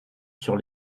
sur